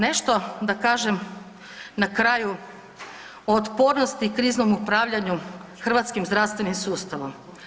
Nešto da kažem na kraju o otpornosti kriznom upravljanju hrvatskim zdravstvenim sustavom.